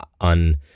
on